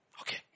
Okay